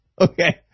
Okay